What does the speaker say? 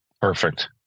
perfect